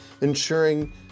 ensuring